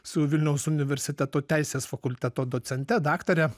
su vilniaus universiteto teisės fakulteto docente daktare